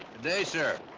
day, sheriff.